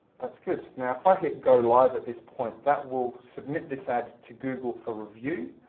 that's good. now, if i hit go live at this point, that will submit this ad to google for review,